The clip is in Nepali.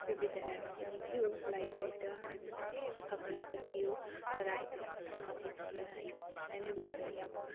त्यो विद्यालयमा पनि थियो लाइब्रेरी त पुस्तकालय त थियो तर अब त्यस्तो ठुलो चाहिँ थिएन है सानै भए पनि अब